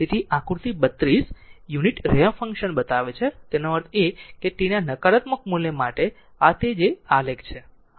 તેથી આકૃતિ 32 unit ramp function બતાવે છે તેનો અર્થ એ કે tના નકારાત્મક મૂલ્ય માટે આ તે જે આ આલેખ છે તે આ આલેખ છે